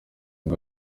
ngo